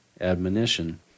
admonition